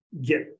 get